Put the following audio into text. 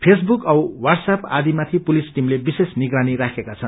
Facebook औ वाटसएपआदिमाथि police टिमले विशेष निगरानी राखेका छन्